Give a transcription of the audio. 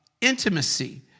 intimacy